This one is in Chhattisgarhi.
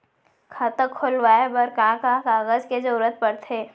खाता खोलवाये बर का का कागज के जरूरत पड़थे?